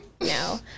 No